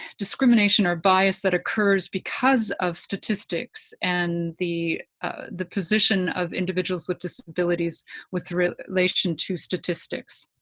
discrimination or bias that occurs because of statistics and the the position of individuals with disabilities with relation to statistics.